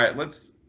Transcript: um let's